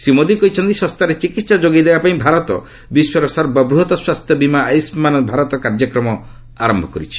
ଶ୍ରୀ ମୋଦୀ କହିଛନ୍ତି ଶସ୍ତାରେ ଚିକିତ୍ସା ଯୋଗାଇ ଦେବା ପାଇଁ ଭାରତ ବିଶ୍ୱର ସର୍ବବୃହତ୍ ସ୍ୱାସ୍ଥ୍ୟ ବିମା ଆୟୁଷ୍ମାନ୍ ଭାରତ କାର୍ଯ୍ୟକ୍ରମ ଆରମ୍ଭ କରିଛି